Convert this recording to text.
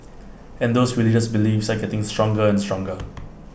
and those religious beliefs are getting stronger and stronger